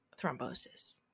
thrombosis